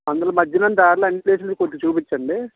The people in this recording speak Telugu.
అందులో మధ్యలో దారిలో అన్నీ ప్లేసుల్ని కొద్దిగా చూపించండి